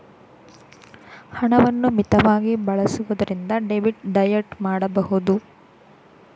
ಹಣವನ್ನು ಮಿತವಾಗಿ ಬಳಸುವುದರಿಂದ ಡೆಬಿಟ್ ಡಯಟ್ ಮಾಡಬಹುದು